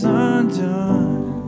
undone